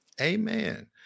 Amen